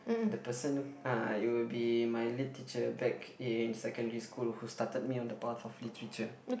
the person uh it will be my lit teacher back in secondary school who started me on the path of literature